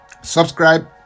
Subscribe